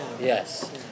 Yes